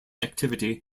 activity